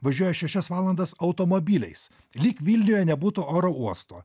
važiuoja šešias valandas automobiliais lyg vilniuje nebūtų oro uosto